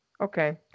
okay